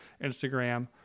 Instagram